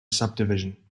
subdivision